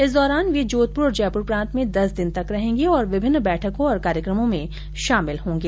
इस दौरान वे जोधप्र और जयप्र प्रांत में दस दिन तक रहेंगे और विभिन्न बैठकों और कार्यक्रमों में शामिल होंगे